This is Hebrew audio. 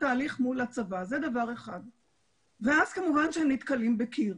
התהליך מול הצבא ואז כמובן הם נתקלים בקיר.